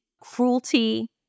cruelty